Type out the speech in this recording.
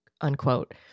unquote